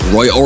Roy